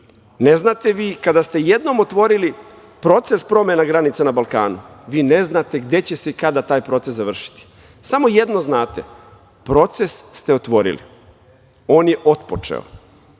Ne znate vi, kada ste jednom otvorili proces promena granica na Balkanu, vi ne znate gde će se i kada taj proces završiti. Samo jedno znate, proces ste otvorili. On je otpočeo,